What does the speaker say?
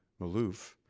Malouf